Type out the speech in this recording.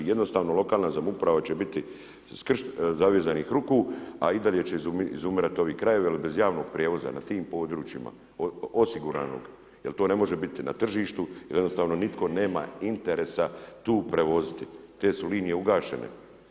Jednostavno lokalna samouprava će biti zavezanih ruku, a i dalje će izumirati ovi krajevi jel bez javnog prijevoza na tim područjima osiguranog jel to ne može biti na tržištu jednostavno nitko nema interesa tu prevoziti, te su linije ugašene.